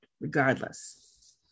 regardless